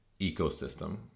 ecosystem